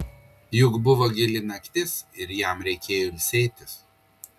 juk buvo gili naktis ir jam reikėjo ilsėtis